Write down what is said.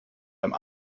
einem